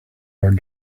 our